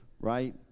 right